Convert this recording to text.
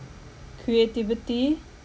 creativity